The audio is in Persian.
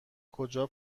کجا